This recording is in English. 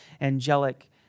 angelic